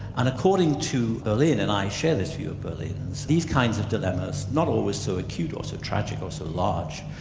and according to berlin, and i share this view of berlin's, these kinds of dilemmas not always so acute or so tragic or so large,